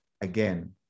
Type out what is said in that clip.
again